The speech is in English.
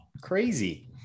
Crazy